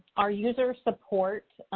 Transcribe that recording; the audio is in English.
our user support,